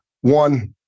One